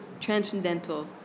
transcendental